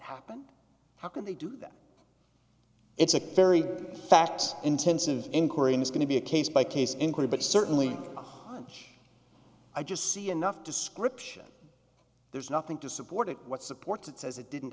happened how could they do that it's a very fact intensive inquiry is going to be a case by case in court but certainly a hunch i just see enough description there's nothing to support it what supports it says it didn't